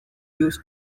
use